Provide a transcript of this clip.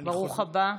ברוך הבא.